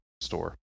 store